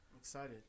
excited